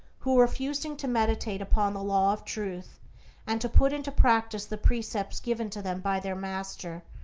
who, refusing to meditate upon the law of truth and to put into practice the precepts given to them by their master,